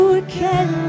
again